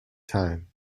time